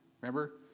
remember